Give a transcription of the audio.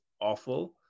awful